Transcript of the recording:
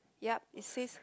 yeap it says